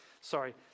Sorry